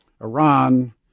Iran